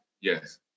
Yes